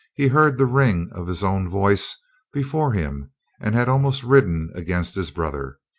he heard the ring of his own voice before him and had almost ridden against his brother.